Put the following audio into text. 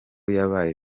yabaye